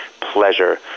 Pleasure